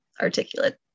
articulate